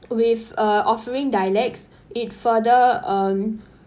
with uh offering dialects it further um